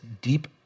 deep